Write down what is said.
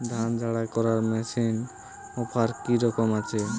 ধান মাড়াই করার মেশিনের অফার কী রকম আছে?